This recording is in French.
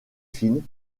fines